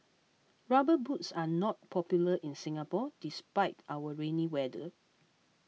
rubber boots are not popular in Singapore despite our rainy weather